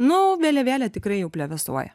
nu vėliavėlė tikrai jau plevėsuoja